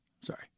Sorry